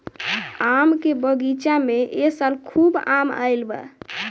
आम के बगीचा में ए साल खूब आम आईल बा